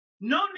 No